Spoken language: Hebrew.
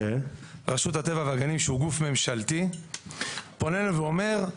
רשות הטבע והגנים שהוא גוף ממשלתי פונה אלינו ואומר,